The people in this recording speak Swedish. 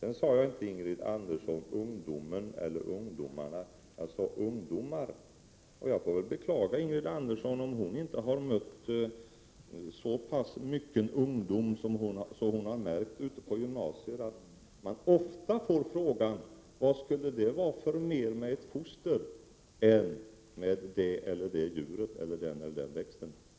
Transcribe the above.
Ingrid Andersson, jag sade inte ”ungdomen” eller ”ungdomarna” — jag sade ”ungdomar”. Jag får beklaga Ingrid Andersson om hon inte har mött så pass mycken ungdom att hon har märkt att man ute på gymnasier ofta får frågan: Vad skulle det vara för mer med ett foster än med det eller det djuret, Prot. 1987/88:136 eller den eller den växten?